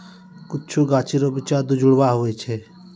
कुछु गाछी रो बिच्चा दुजुड़वा हुवै छै